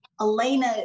Elena